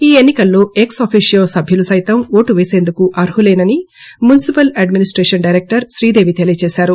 ఈ ఎన్పికల్లో ex officio సభ్యులు సైతం ఓటు వేసేందుకు అర్హులేనని మున్పిపల్ అడ్మినిస్లేషన్ డైరెక్లర్ శ్రీదేవి తెలియజేశారు